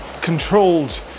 controlled